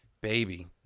Baby